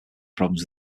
problems